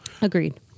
Agreed